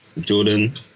Jordan